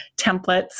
templates